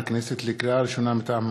דברי הכנסת חוברת י"ט ישיבה רי"ד הישיבה